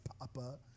papa